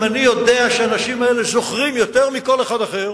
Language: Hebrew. אם אני יודע שהאנשים האלה זוכרים יותר מכל אחד אחר,